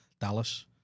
dallas